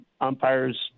umpires